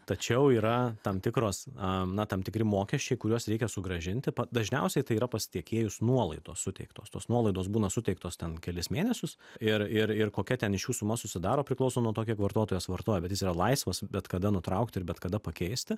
tačiau yra tam tikros a na tam tikri mokesčiai kuriuos reikia sugrąžinti dažniausiai tai yra pas tiekėjus nuolaidos suteiktos tos nuolaidos būna suteiktos ten kelis mėnesius ir ir ir kokia ten iš jų suma susidaro priklauso nuo to kiek vartotojas vartoja bet jis yra laisvas bet kada nutraukti ir bet kada pakeisti